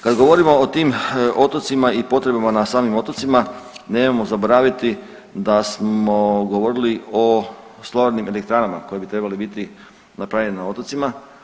Kad govorimo o tim otocima i potrebama na samim otocima nemojmo zaboraviti da smo govorili o solarnim elektranama koje bi trebale biti napravljene na otocima.